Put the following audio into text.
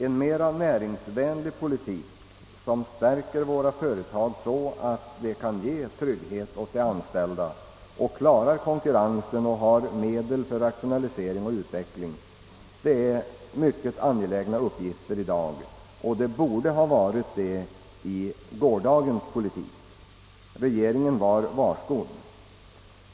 En mera näringsvänlig politik, som stärker våra företag så att de kan ge trygghet åt de anställda, klarar konkurrensen och har medel för rationalisering och utveckling är något mycket angeläget i dag. Och det borde ha varit det i gårdagens politik. Regeringen var varskodd.